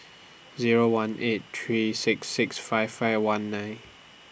Zero one eight three six six five five one nine